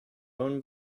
own